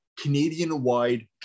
Canadian-wide